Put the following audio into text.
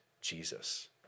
Jesus